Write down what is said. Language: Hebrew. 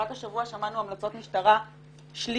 רק השבוע שמענו המלצות משטרה שלישיות,